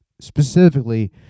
specifically